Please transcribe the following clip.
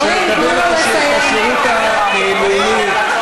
אתה מחלק את המדינה.